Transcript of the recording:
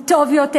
הוא טוב יותר,